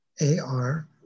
A-R